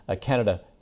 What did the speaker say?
Canada